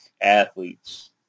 athletes